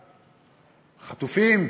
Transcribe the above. חטופים,